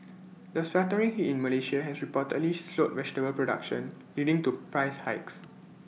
the sweltering heat in Malaysia has reportedly slowed vegetable production leading to price hikes